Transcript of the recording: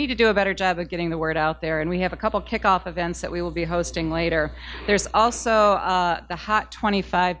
need to do a better job of getting the word out there and we have a couple kickoff events that we will be hosting later there's also the hot twenty five